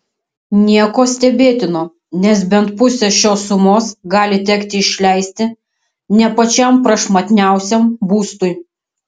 nieko stebėtino nes bent pusę šios sumos gali tekti išleisti ne pačiam prašmatniausiam būstui